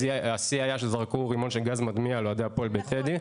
השיא היה שזרקו רימון של גז מדמיע על אוהדי הפועל בטדי,